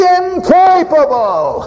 incapable